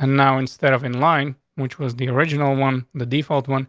and now, instead of in line which was the original one? the default one.